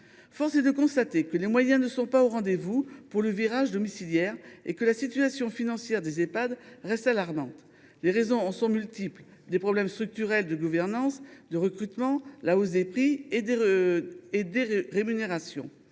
Force est de constater que les moyens ne sont pas au rendez vous pour le virage domiciliaire et que la situation financière des Ehpad reste alarmante. Les raisons en sont multiples : problèmes structurels de gouvernance et de recrutement, hausse des prix et des rémunérations…